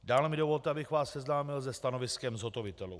Dále mi dovolte, abych vás seznámil se stanoviskem zhotovitelů.